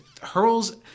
hurls